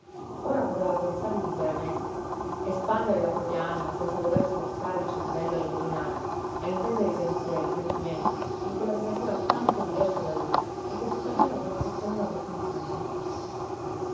ora poteva pensare liberamente espandere la propria anima senza dover sforzare il cervello a indovinare a intendere i pensieri i sentimenti di quella creatura tanto diversa da lui e che tuttavia gli apparteneva cosí intimamente